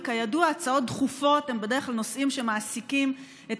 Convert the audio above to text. וכידוע הצעות דחופות הן בדרך כלל נושאים שמעסיקים את